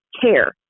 care